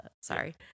Sorry